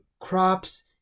crops